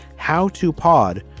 howtopod